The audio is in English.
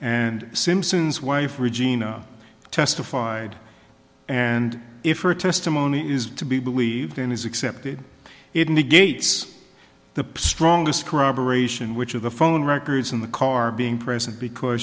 and simpson's wife regina testified and if her testimony is to be believed and is accepted it negates the strongest corroboration which of the phone records in the car being present because